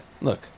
look